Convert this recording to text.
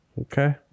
Okay